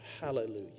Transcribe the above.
Hallelujah